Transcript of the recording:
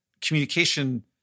communication